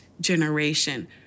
generation